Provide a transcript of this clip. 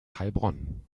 heilbronn